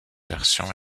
version